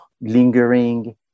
lingering